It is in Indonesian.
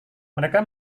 mereka